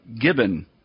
Gibbon